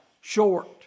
Short